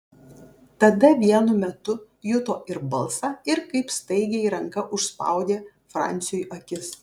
tada vienu metu juto ir balsą ir kaip staigiai ranka užspaudė franciui akis